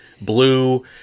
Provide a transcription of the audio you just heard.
blue